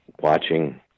watching